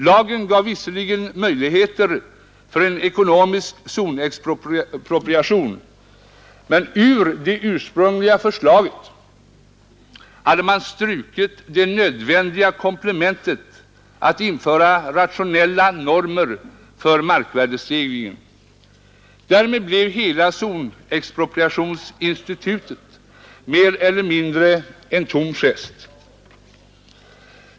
Lagen gav visserligen möjligheter till en lagstiftningen ekonomisk zonexpropriation men ur det ursprungliga förslaget hade man strukit det nödvändiga komplementet att införa rationella normer för markvärdestegringen. Därmed blev hela zonexproprieringsinstitutet mer eller mindre en tom gest.